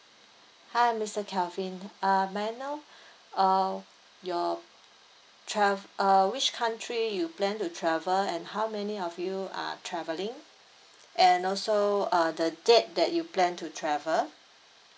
hi mister kelvin uh may I know uh your trav~ uh which country you plan to travel and how many of you are travelling and also uh the date that you plan to travel